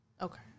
Okay